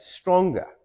stronger